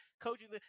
coaching